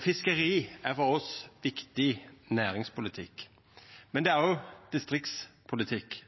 Fiskeri er for oss viktig næringspolitikk. Det er òg distriktspolitikk.